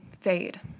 fade